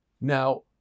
Now